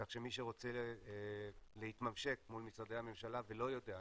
כך שמי שרוצה להתממשק מול משרדי הממשלה ולא יודע,